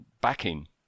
backing